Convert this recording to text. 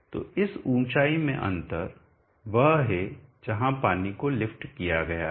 तो इस ऊंचाई में अंतर वह है जहां पानी को लिफ्ट किया गया है